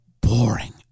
Boring